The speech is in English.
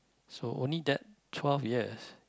so only that twelve years